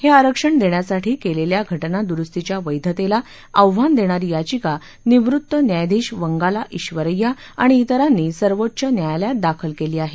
हे आरक्षण देण्यासाठी केलेल्या घटनाद्रुस्तीच्या वैधतेला आव्हान देणारी याचिका निवृत्त न्यायधीश वंगांला ईश्वरैया आणि इतरांनी सर्वोच्च न्यायालयात दाखल केली आहे